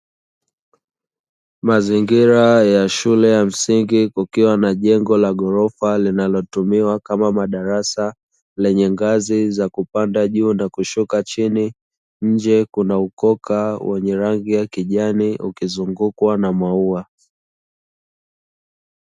Mazingira ya shule ya msingi kukiwa na jengo la ghorofa; linalotumiwa kama madarasa, lenye ngazi za kupanda juu na kushuka chini. Nje kuna ukoka wenye rangi ya kijani ukizungukwa na maua.